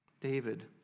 David